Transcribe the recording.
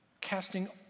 Casting